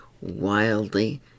Wildly